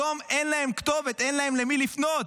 היום אין להם כתובת, אין להם למי לפנות.